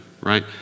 right